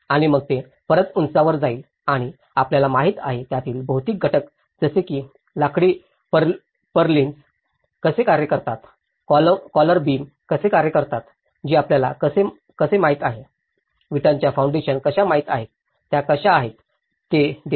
आणि मग ते परत उंचावर जाईल आणि आपल्याला माहिती आहे त्यातील भौतिक घटक जसे की लाकडी प्युरिल्स कसे कार्य करतात कॉलर बीम कसे कार्य करतात हे आपल्याला कसे माहित आहे विटांच्या फाउंडेशन कशा माहित आहेत त्या कशा आहेत ते देते